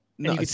No